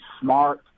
smart